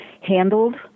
handled